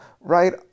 right